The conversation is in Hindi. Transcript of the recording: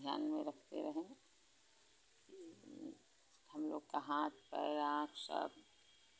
ध्यान में रखते रहें हम लोग का हाथ पैर आँख सब